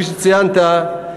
כפי שציינת,